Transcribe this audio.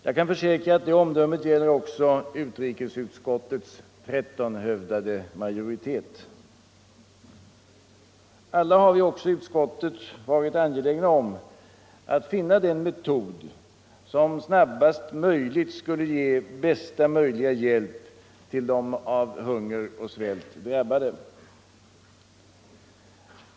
Jag kan försäkra att det omdömet gäller också utrikesutskottets 13-hövdade majoritet. Alla har vi i utskottet varit angelägna om att finna den metod som snabbast möjligt skulle ge bästa möjliga hjälp till de av hunger och svält drabbade.